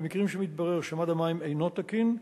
במקרים שמתברר שמד המים אינו תקין,